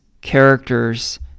characters